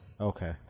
Okay